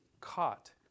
caught